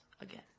again